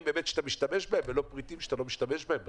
שאתה משתמש בהם ולא פריטים שאתה לא משתמש בהם בסוף.